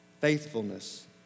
faithfulness